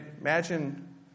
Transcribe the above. imagine